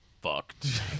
fucked